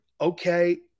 Okay